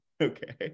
Okay